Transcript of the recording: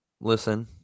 listen